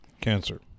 Cancer